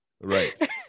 right